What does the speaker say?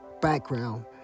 background